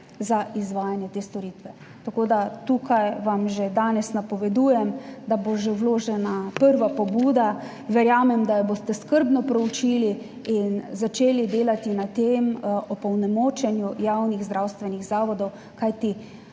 za izvajanje te storitve. Tako da tukaj vam že danes napovedujem, da bo že vložena prva pobuda. Verjamem, da jo boste skrbno proučili in začeli delati na tem opolnomočenju javnih zdravstvenih zavodov, kajti